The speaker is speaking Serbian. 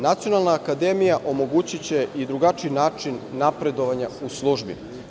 Nacionalna akademija omogućiće i drugačiji način napredovanja u službi.